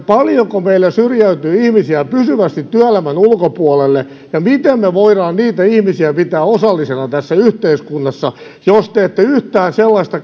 paljonko meillä syrjäytyy ihmisiä pysyvästi työelämän ulkopuolelle ja miten me voimme niitä ihmisiä pitää osallisina tässä yhteiskunnassa jos te ette yhtään sellaista